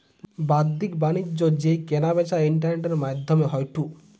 বাদ্দিক বাণিজ্য যেই কেনা বেচা ইন্টারনেটের মাদ্ধমে হয়ঢু